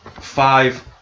five